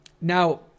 Now